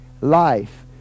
life